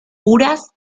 puras